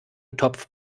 topf